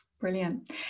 Brilliant